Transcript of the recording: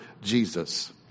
Jesus